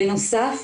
בנוסף,